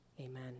Amen